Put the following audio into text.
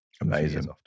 Amazing